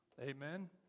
Amen